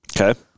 Okay